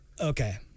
Okay